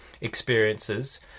experiences